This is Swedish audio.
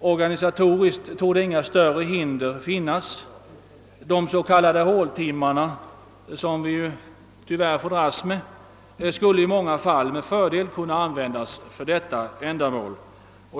Organisatoriskt torde inga större hinder finnas. De s.k. håltimmarna, som vi tyvärr får dras med, skulle i många fall med fördel kunna användas för detta ändamål.